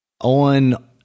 On